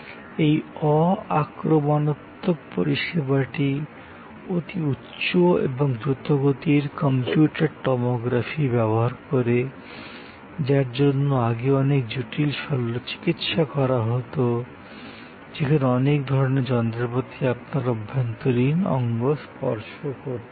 এই অ আক্রমণাত্মক পরিষেবাটি অতি উচ্চ এবং দ্রুতগতির কম্পিউটেড টমোগ্রাফি ব্যবহার করে যার জন্য আগে অনেক জটিল শল্য চিকিৎসা করা হতো যেখানে অনেক ধরণের যন্ত্রপাতি আপনার অভ্যন্তরীণ অঙ্গ স্পর্শ করতো